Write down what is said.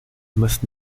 must